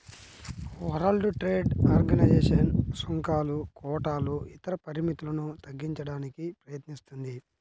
world Trade Organization సుంకాలు, కోటాలు ఇతర పరిమితులను తగ్గించడానికి ప్రయత్నిస్తుంది